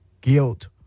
guilt